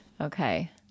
Okay